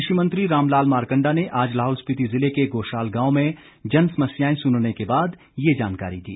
कृषि मंत्री रामलाल मारकंडा ने आज लाहौल स्पीति जिले के गोशाल गांव में जनसमस्याएं सुनने के बाद ये जानकारी दी